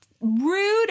Rude